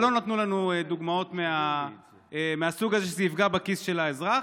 אבל לא נתנו לנו דוגמאות מהסוג הזה שזה יפגע בכיס של האזרח.